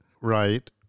right